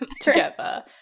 together